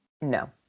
no